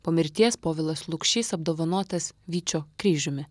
po mirties povilas lukšys apdovanotas vyčio kryžiumi